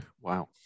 Wow